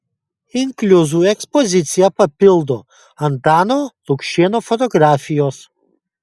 inkliuzų ekspoziciją papildo antano lukšėno fotografijos